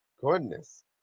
goodness